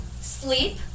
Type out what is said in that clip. sleep